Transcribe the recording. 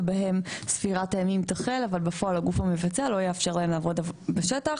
שבהם ספירת הימים תחל אבל בפועל הגוף המבצע לא יאפשר להם לעבוד בשטח.